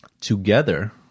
together